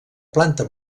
planta